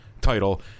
title